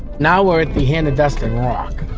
now we're at the hannah duston rock.